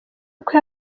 uko